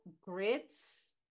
grits